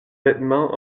vêtements